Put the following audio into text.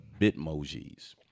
Bitmojis